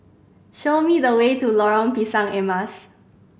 show me the way to Lorong Pisang Emas